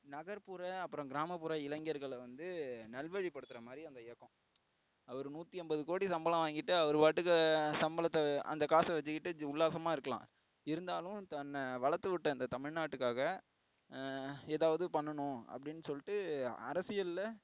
நகர்ப்புற அப்றம் கிராமப்புற இளைஞர்களை வந்து நல்வழிப்படுத்துகிற மாதிரி அந்த இயக்கம் அவர் நூற்றி ஐம்பது கோடி சம்பளம் வாங்கிட்டு அவர் பாட்டுக்கு சம்பளத்தை அந்த காசை வச்சுக்கிட்டு உல்லாசமாக இருக்கலாம் இருந்தாலும் தன்னை வளர்த்துவுட்ட இந்த தமிழ்நாட்டுக்காக எதாவது பண்ணணும் அப்படின்னு சொல்லிட்டு அரசியலில்